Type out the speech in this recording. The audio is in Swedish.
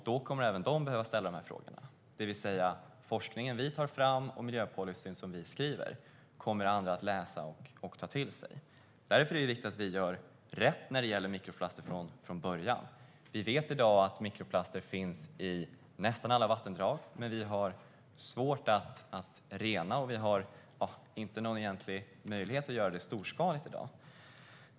Då kommer även de att behöva ställa dessa frågor, det vill säga att den forskning som vi tar fram och den miljöpolicy som vi skriver kommer andra att läsa och ta till sig. Därför är det viktigt att vi gör rätt från början när det gäller mikroplaster. Vi vet i dag att mikroplaster finns i nästan alla vattendrag. Men vi har svårt att rena dem, och vi har inte någon egentlig möjlighet att göra det storskaligt i dag.